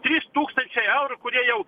trys tūkstančiai eurų kurie jau